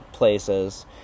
places